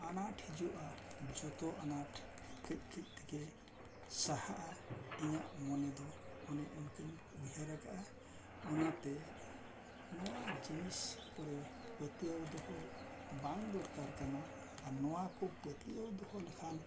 ᱟᱱᱟᱴ ᱦᱤᱡᱩᱜᱼᱟ ᱡᱚᱛᱚ ᱟᱱᱟᱴ ᱠᱟᱹᱡ ᱠᱟᱹᱡ ᱛᱮᱜᱮ ᱥᱟᱦᱟᱜᱼᱟ ᱤᱧᱟᱹᱜ ᱢᱚᱱᱮ ᱫᱚ ᱚᱱᱮ ᱤᱱᱠᱟᱹᱧ ᱩᱭᱦᱟᱹᱨ ᱠᱟᱜᱼᱟ ᱚᱱᱟᱛᱮ ᱱᱚᱣᱟ ᱡᱤᱱᱤᱥ ᱠᱚᱨᱮ ᱯᱟᱹᱛᱭᱟᱹᱣ ᱫᱚᱦᱚ ᱵᱟᱝ ᱫᱚᱨᱠᱟᱨ ᱠᱟᱱᱟ ᱟᱨ ᱱᱚᱣᱟ ᱠᱚ ᱯᱟᱹᱛᱭᱟᱹᱣ ᱫᱚᱦᱚ ᱞᱮᱠᱷᱟᱱ